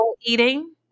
eating